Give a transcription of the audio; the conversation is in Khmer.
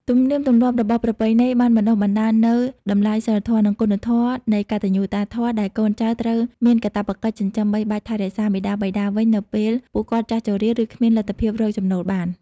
ទំនៀមទម្លាប់របស់ប្រពៃណីបានបណ្ដុះបណ្ដាលនូវ តម្លៃសីលធម៌ និងគុណធម៌នៃកតញ្ញូតាធម៌ ដែលកូនចៅត្រូវមានកាតព្វកិច្ចចិញ្ចឹមបីបាច់ថែរក្សាមាតាបិតាវិញនៅពេលពួកគាត់ចាស់ជរា ឬគ្មានលទ្ធភាពរកចំណូលបាន។